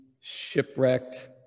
shipwrecked